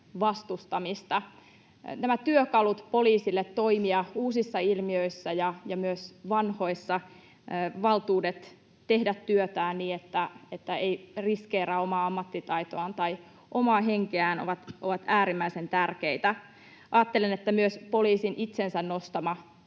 vastustamista. Nämä työkalut poliisille toimia uusissa ilmiöissä ja myös valtuudet tehdä työtään vanhoissa niin, että ei riskeeraa omaa ammattitaitoaan tai omaa henkeään, ovat äärimmäisen tärkeitä. Ajattelen, että myös poliisin itsensä nostama